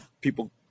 people